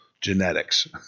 genetics